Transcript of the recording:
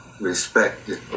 respected